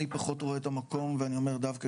אני פחות רואה את המקום ואני אומר דווקא